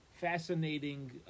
fascinating